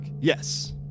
Yes